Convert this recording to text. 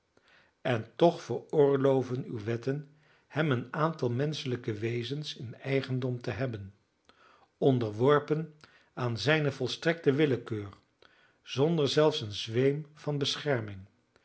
en toch veroorloven uwe wetten hem een aantal menschelijke wezens in eigendom te hebben onderworpen aan zijne volstrekte willekeur zonder zelfs een zweem van bescherming